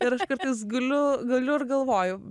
ir kartais guliu guliu ir galvoju